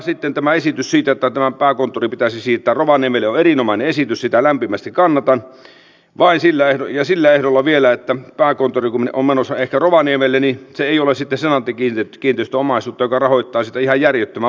sitten tämä esitys siitä että pääkonttori pitäisi siirtää rovaniemelle on erinomainen esitys sitä lämpimästi kannatan ja sillä ehdolla vielä että pääkonttori kun on menossa ehkä rovaniemelle niin se ei ole sitten senaatti kiinteistöjen omaisuutta joka rahoittaa siitä ihan järjettömän vuokran